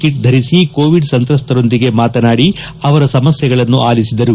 kit ಧರಿಸಿ Covid ಸಂತ್ರಸ್ತರೊಂದಿಗೆ ಮಾತನಾಡಿ ಅವರ ಸಮಸ್ಲೆಗಳನ್ನು ಆಲಿಸಿದರು